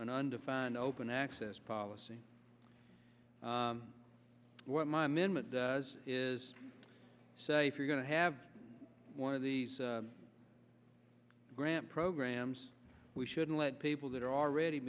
undefined open access policy what my amendment does is say if you're going to have one of these grant programs we shouldn't let people that are already